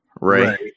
right